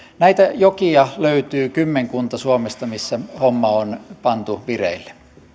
suomesta löytyy kymmenkunta näitä jokia missä homma on pantu vireille